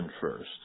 first